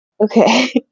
Okay